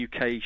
UK